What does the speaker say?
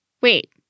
Wait